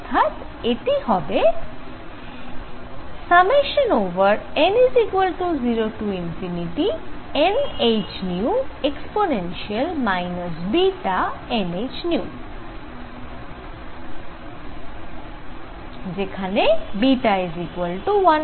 অর্থাৎ এটি হবে n0nhνe βnhν যেখানে β1kT